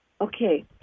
Okay